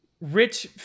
rich